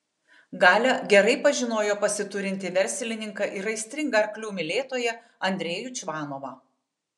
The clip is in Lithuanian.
galia gerai pažinojo pasiturintį verslininką ir aistringą arklių mylėtoją andrejų čvanovą